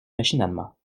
machinalement